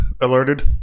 alerted